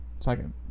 Second